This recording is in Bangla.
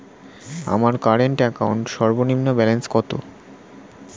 আমার কারেন্ট অ্যাকাউন্ট সর্বনিম্ন ব্যালেন্স কত?